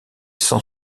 cent